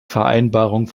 vereinbarung